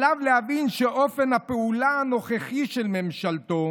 עליו להבין שאופן הפעולה הנוכחי של ממשלתו